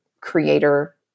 creator